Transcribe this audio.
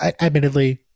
admittedly